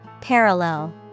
Parallel